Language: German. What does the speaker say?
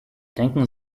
denken